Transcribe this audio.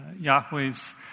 Yahweh's